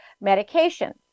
medication